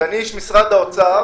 אני איש משרד האוצר,